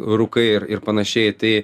rūkai ir ir panašiai tai